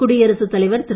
குடியரசுத் தலைவர் திரு